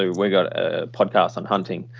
ah we got a podcast, i'm hunting.